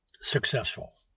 successful